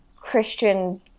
Christian